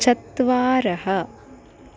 चत्वारः